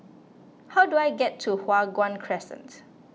how do I get to Hua Guan Crescent